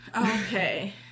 Okay